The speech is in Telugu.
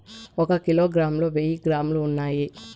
ఒక కిలోగ్రామ్ లో వెయ్యి గ్రాములు ఉన్నాయి